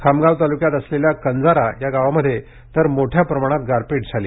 खामगाव तालुक्यात असलेल्या कंजारा या गावांमध्ये तर मोठ्या प्रमाणात गारपीट झाली